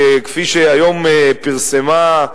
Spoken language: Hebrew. כפי שהיום פרסמו